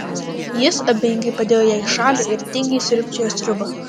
jis abejingai padėjo ją į šalį ir tingiai sriūbčiojo sriubą